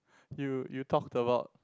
you you talk about